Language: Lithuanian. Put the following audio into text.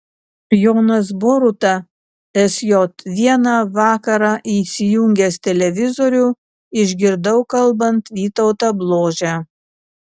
jonas boruta sj vieną vakarą įsijungęs televizorių išgirdau kalbant vytautą bložę